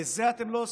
בזה אתם לא עוסקים,